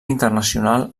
internacional